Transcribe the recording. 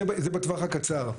זה בטווח הקצר.